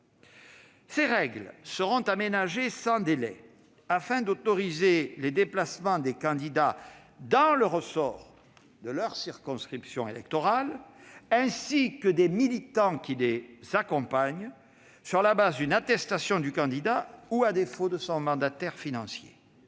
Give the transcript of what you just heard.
Ces règles seront donc aménagées sans délai, afin d'autoriser les déplacements des candidats dans le ressort de la circonscription électorale, ainsi que des militants qui les accompagnent, sur la base d'une attestation du candidat ou, à défaut, de son mandataire financier.